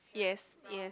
yes yes